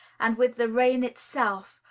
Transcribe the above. and with the rain itself,